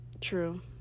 True